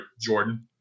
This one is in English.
jordan